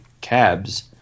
cabs